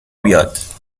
بیاد